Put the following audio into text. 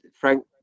Frank